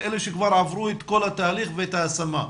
אלה שכבר עברו את כל התהליך ואת ההשמה.